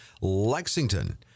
Lexington